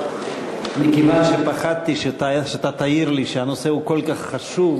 מכיוון שפחדתי שאתה תעיר לי שהנושא כל כך חשוב,